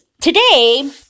Today